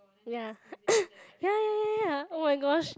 ya ya ya ya ya ya oh-my-gosh